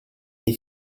dei